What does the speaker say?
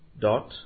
dot